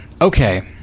okay